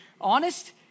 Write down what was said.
honest